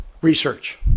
research